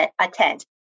attend